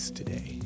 today